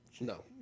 No